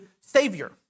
savior